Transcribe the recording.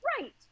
right